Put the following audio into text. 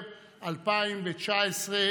אני יודע שממשלה רחבה, או ממשלת אחדות,